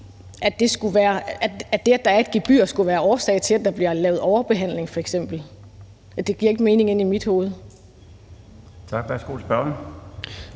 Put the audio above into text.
at det, at der er et gebyr, skulle være årsag til, at der f.eks. bliver lavet overbehandling. Det giver ikke mening inde i mit hoved. Kl. 13:54 Den fg.